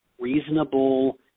reasonable